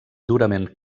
durament